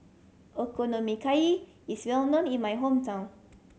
Okonomiyaki is well known in my hometown